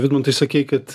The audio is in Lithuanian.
vidmantai sakei kad